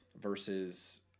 versus